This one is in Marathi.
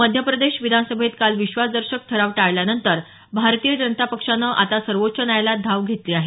मध्यप्रदेश विधानसभेत काल विश्वासदर्शक ठराव टळल्यानंतर भारतीय जनता पक्षानं आता सर्वोच्च न्यायालयात धाव घेतली आहे